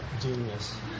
genius